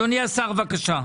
אדוני השר, בבקשה.